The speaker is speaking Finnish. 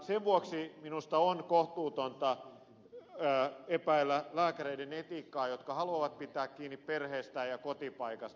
sen vuoksi minusta on kohtuutonta epäillä lääkäreiden etiikkaa jos he haluavat pitää kiinni perheestään ja kotipaikasta